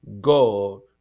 God